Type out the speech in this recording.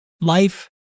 life